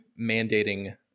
mandating